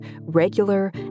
regular